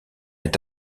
est